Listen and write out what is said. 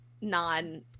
non